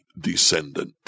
descendant